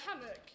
hammock